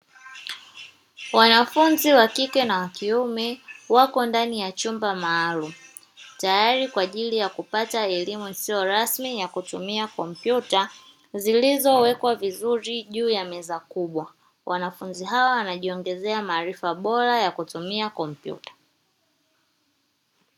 Wanafunzi wakike na wakiume wapo ndani ya chumba maalumu, tayari kwaajili yakupata elimu isiyo rasimi yalkutumia kompyuta zilizo wekwa vizuri juu ya meza kubwa, wanafunzi hawa wanajiongezea uwezo wakutumia kompyuta.